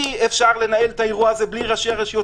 אי-אפשר לנהל את האירוע הזה בלי ראשי הרשויות,